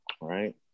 right